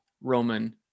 Roman